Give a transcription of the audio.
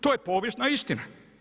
To je povijesna istina.